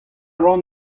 ran